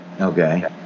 Okay